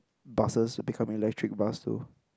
buses will become electric bus though